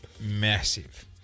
massive